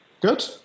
Good